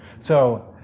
so,